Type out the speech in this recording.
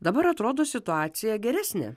dabar atrodo situacija geresnė